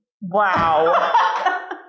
wow